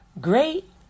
Great